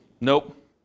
Nope